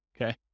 okay